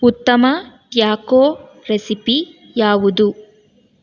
ಉತ್ತಮ taco recipe ಯಾವುದು